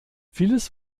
vieles